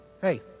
Hey